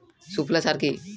সুফলা সার কি?